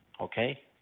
Okay